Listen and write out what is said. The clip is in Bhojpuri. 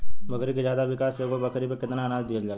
बकरी के ज्यादा विकास खातिर एगो बकरी पे कितना अनाज देहल जाला?